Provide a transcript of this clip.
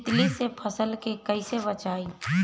तितली से फसल के कइसे बचाई?